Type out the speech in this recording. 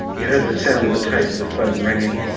you heard the sound of the tape with the phone ringing,